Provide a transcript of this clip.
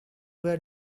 were